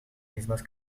mismas